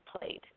played